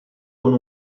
con